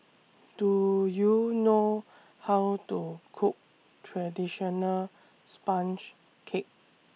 Do YOU know How to Cook Traditional Sponge Cake